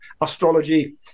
astrology